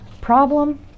problem